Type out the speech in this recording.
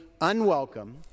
unwelcome